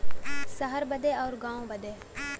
सहर बदे अउर गाँव बदे